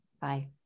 bye